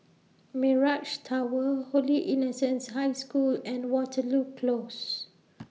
Mirage Tower Holy Innocents' High School and Waterloo Close